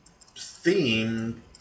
theme